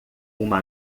uma